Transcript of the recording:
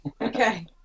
Okay